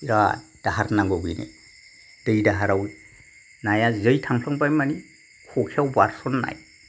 बिराथ दाहार नांगौ बेनो दै दाहाराव नाया जै थांफ्लांबाय मानि खखायाव बारसननाय